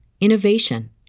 innovation